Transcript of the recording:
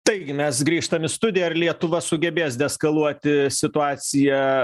taigi mes grįžtam į studiją ar lietuva sugebės deeskaluoti situaciją